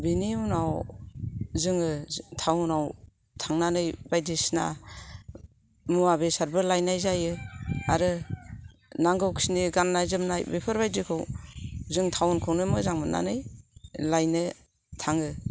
बिनि उनाव जोङो टावनाव थांनानै बायदिसिना मुवा बेसादबो लायनाय जायो आरो नांगौखिनि गान्नाय जोमनाय बेफोरबादिखौ जों टावनखौनो मोजां मोननानै लायनो थाङो